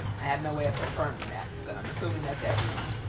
i have no way of confirming that. so i'm assuming that's everyone,